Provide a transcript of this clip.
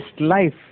life